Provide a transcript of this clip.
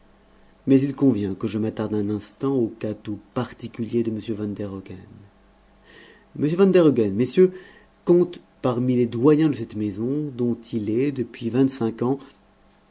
mais il convient de que je m'attarde un instant au cas tout particulier de m van der hogen m van der hogen messieurs compte parmi les doyens de cette maison dont il est depuis vingt-cinq ans